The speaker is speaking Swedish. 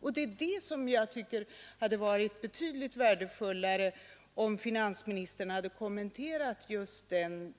Det hade varit betydligt värdefullare om finansministern hade kommenterat just